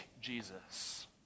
Jesus